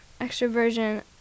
extroversion